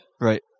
Right